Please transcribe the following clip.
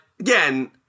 Again